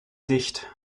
sicht